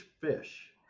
fish